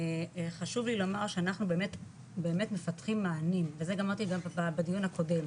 חשוב לי לומר שאנחנו באמת מפתחים מענים וזה גם אמרתי בדיון הקודם,